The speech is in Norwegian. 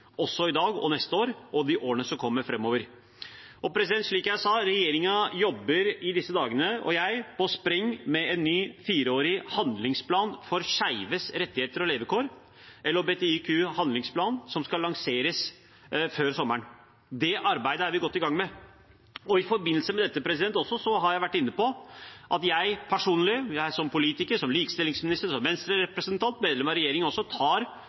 også i dag og neste år og i årene som kommer framover. Slik jeg sa jobber regjeringen og jeg i disse dager på spreng med en ny fireårig handlingsplan for skeives rettigheter og levekår, LHBTIQ-handlingsplanen, som skal lanseres før sommeren. Det arbeidet er vi godt i gang med. Og i forbindelse med dette, som jeg har vært inne på, tar jeg personlig, som politiker, som likestillingsminister, som Venstre-representant, som medlem av